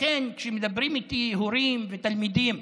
מדברים איתי הורים ותלמידים,